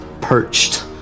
perched